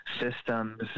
systems